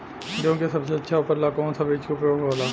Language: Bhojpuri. गेहूँ के सबसे अच्छा उपज ला कौन सा बिज के उपयोग होला?